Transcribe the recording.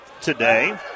today